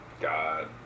God